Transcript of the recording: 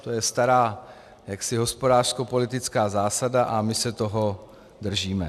To je stará hospodářskopolitická zásada a my se toho držíme.